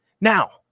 Now